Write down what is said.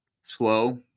slow